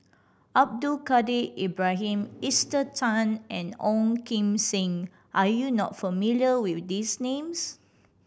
Abdul Kadir Ibrahim Esther Tan and Ong Kim Seng are you not familiar with these names